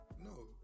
no